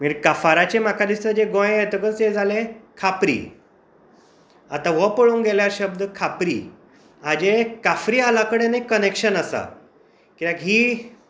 मागीर काफारचे म्हाका दिसता जे गोंया येतकच जें जालें खापरी आतां हो पळोवंक गेल्यार शब्द खापरी हाजें काफ्रियाला कडेन एक कनेक्शन आसा कित्याक ही